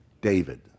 David